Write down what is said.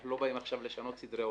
אנחנו לא באים עכשיו לשנות סדרי עולם.